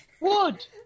Wood